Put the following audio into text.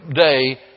day